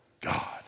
God